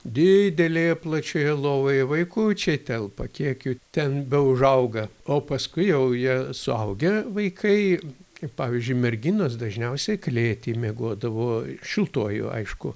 didelėje plačioje lovoje vaikučiai telpa kiek jų ten beužauga o paskui jau jie suaugę vaikai pavyzdžiui merginos dažniausiai klėty miegodavo šiltuoju aišku